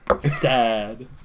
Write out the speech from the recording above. Sad